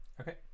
Okay